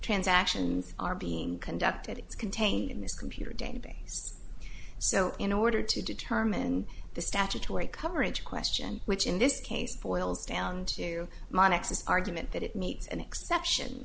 transactions are being conducted it's contained in this computer database so in order to determine the statutory coverage question which in this case boils down to monica's argument that it needs an exception